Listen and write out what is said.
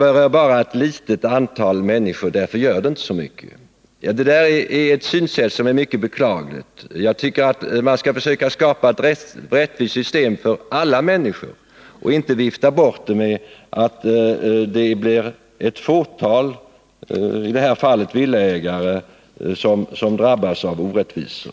Erik Wärnberg sade att det inte gör så mycket, eftersom det berör bara ett litet antal människor. Detta är ett mycket beklagligt synsätt. Jag tycker att man skall försöka att skapa ett rättvist system för alla människor och inte vifta bort det hela med att det endast är ett fåtal — i detta fall villaägare — som drabbas av orättvisor.